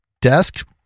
desk